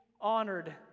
honored